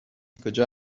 کجا